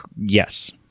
Yes